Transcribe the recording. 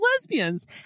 lesbians